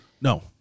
No